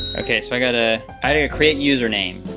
okay. so i gotta and create username.